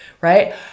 right